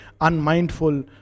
unmindful